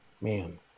Man